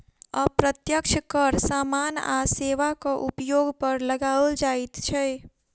अप्रत्यक्ष कर सामान आ सेवाक उपयोग पर लगाओल जाइत छै